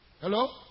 Hello